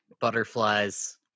Butterflies